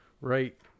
Right